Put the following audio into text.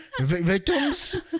victims